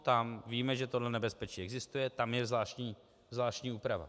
Tam víme, že tohle nebezpečí existuje, tam je zvláštní úprava.